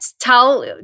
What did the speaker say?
Tell